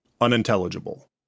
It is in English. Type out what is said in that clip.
Unintelligible